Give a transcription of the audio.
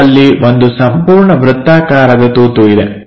ಮತ್ತು ಅಲ್ಲಿ ಒಂದು ಸಂಪೂರ್ಣ ವೃತ್ತಾಕಾರದ ತೂತು ಇದೆ